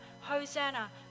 Hosanna